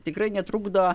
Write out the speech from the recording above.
tikrai netrukdo